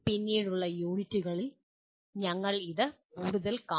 പിന്നീടുള്ള യൂണിറ്റുകളിൽ ഞങ്ങൾ ഇതിൽ കൂടുതൽ കാണും